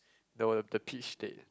there were the peach state